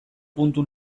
puntu